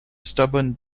stubborn